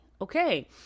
Okay